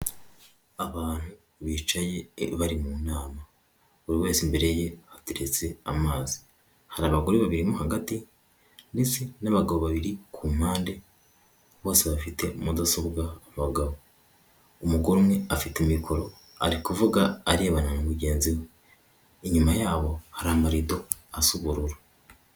Abantu bicaye bari mu nama, buri wese imbere ye hateretse amazi, hari abagore babiri hagati ndetse n'abagabo babiri kumpande bose bafite mudasobwa, abagabo, umugore umwe afite mikoro ari kuvuga, arebana na mugenzi we, inyuma yabo hari amarido asa ubururu.